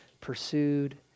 pursued